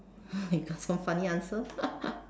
I got no funny answer